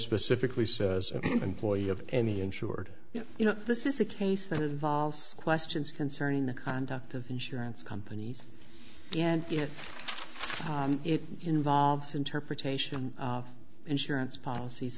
specifically says an employee of any insured you know this is a case that involves questions concerning the conduct of insurance companies and if it involves interpretation of insurance policies